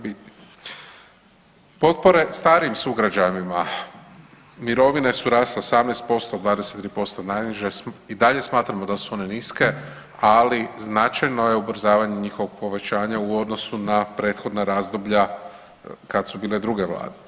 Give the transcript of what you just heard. Potpore starijim sugrađanima, mirovine su rasle 18%, 20% najniže i dalje smatramo da su one niske, ali značajno je ubrzavanje njihovog povećanja u odnosu na prethodna razdoblja kad su bile druge vlade.